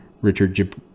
Richard